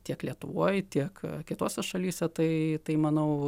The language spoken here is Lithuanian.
tiek lietuvoj tiek kitose šalyse tai tai manau